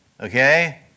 Okay